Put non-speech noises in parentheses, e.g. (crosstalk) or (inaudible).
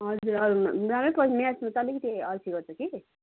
हजुर अरू (unintelligible) राम्रै पढ्छ म्याथमा चाहिँ अलिकति अल्छी गर्छ कि